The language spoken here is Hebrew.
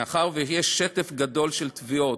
מאחר שיש שטף גדול של תביעות,